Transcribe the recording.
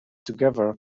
together